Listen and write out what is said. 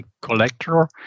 collector